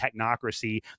technocracy